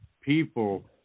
people